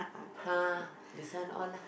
!huh! this one all lah